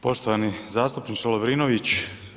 Poštovani zastupniče Lovrinović.